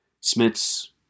Smiths